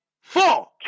Four